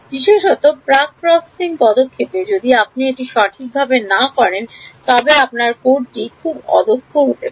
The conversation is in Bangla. বিশেষত প্রাক প্রসেসিং পদক্ষেপে যদি আপনি এটি সঠিকভাবে না করেন তবে আপনার কোডটি খুব অদক্ষ হতে পারে